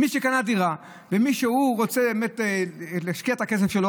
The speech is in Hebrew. מי שקנה דירה ומי שרוצה באמת להשקיע את הכסף שלו,